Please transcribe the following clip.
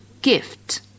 Gift